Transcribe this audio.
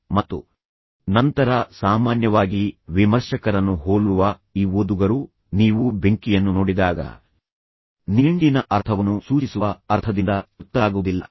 ಮತ್ತು ನಂತರ ಸಾಮಾನ್ಯವಾಗಿ ವಿಮರ್ಶಕರನ್ನು ಹೋಲುವ ಈ ಓದುಗರು ನೀವು ಬೆಂಕಿಯನ್ನು ನೋಡಿದಾಗ ನಿಘಂಟಿನ ಅರ್ಥವನ್ನು ಸೂಚಿಸುವ ಅರ್ಥದಿಂದ ತೃಪ್ತರಾಗುವುದಿಲ್ಲ